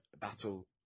battle